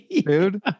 dude